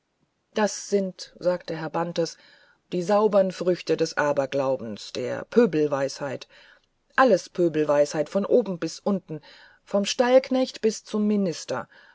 das sind sagte herr bantes die saubern früchte des aberglaubens der pöbelweisheit alles pöbelweisheit von oben bis unten vom stallknecht bis zum minister